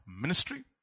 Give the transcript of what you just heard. ministry